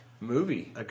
Movie